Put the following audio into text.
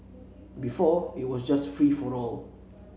before it was just free for all